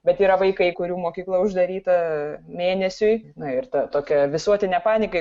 bet yra vaikai kurių mokykla uždaryta mėnesiui na ir ta tokia visuotinė panika